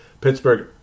Pittsburgh